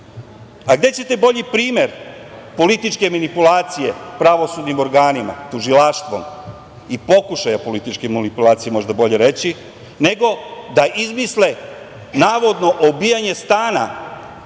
ćete bolji primer političke manipulacije pravosudnim organima, tužilaštvom, ili pokušaja političke manipulacije, možda je bolje reći, nego da izmisle navodno obijanje stana